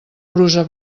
brusa